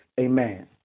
amen